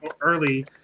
early